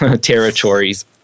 territories